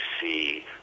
see